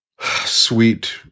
sweet